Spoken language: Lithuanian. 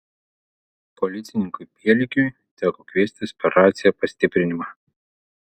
policininkui pielikiui teko kviestis per raciją pastiprinimą